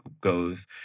goes